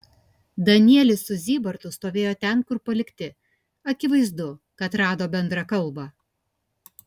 danielis su zybartu stovėjo ten kur palikti akivaizdu kad rado bendrą kalbą